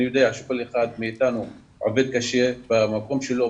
אני יודע שכל אחד מאיתנו עובד קשה במקום שלו,